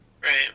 Right